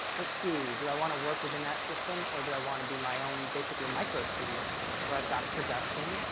let's see, do i want to work within that system or do i want to be my own, basically, micro studio where i've got production,